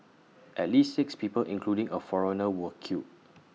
at least six people including A foreigner were killed